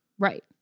Right